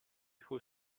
who